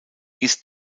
ist